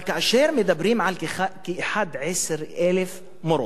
אבל כאשר מדברים על כ-11,000 מורות,